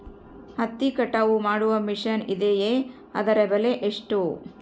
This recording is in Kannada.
ಹತ್ತಿ ಕಟಾವು ಮಾಡುವ ಮಿಷನ್ ಇದೆಯೇ ಅದರ ಬೆಲೆ ಎಷ್ಟು?